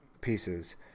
pieces